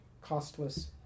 costless